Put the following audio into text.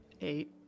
Eight